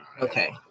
Okay